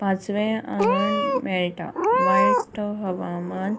पांचवें आंगण मेळटा वायट हवामान